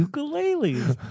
ukuleles